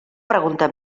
pregunta